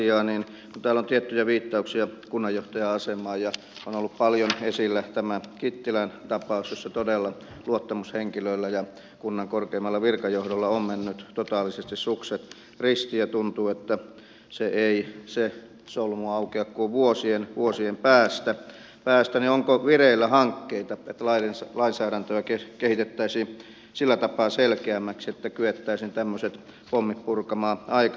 kun täällä on tiettyjä viittauksia kunnanjohtajan asemaan ja on ollut paljon esillä tämä kittilän tapaus jossa todella luottamushenkilöillä ja kunnan korkeimmalla virkajohdolla on mennyt totaalisesti sukset ristiin ja tuntuu että ei se solmu aukea kuin vuosien päästä niin onko vireillä hankkeita että lainsäädäntöä kehitettäisiin sillä tapaa selkeämmäksi että kyettäisiin tämmöiset pommit purkamaan aikaisemmin